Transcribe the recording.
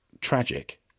Tragic